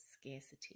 scarcity